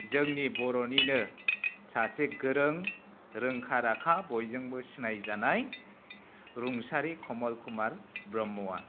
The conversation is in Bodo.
जोंनि बर'निनो सासे गोरों रोंखा राखा बयजोंबो सिनायजानाय रुंसारि कमल कुमार ब्रह्मआ